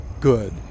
good